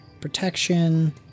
protection